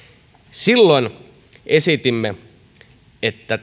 silloin esitimme että